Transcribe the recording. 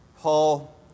Paul